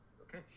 Okay